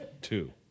two